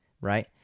right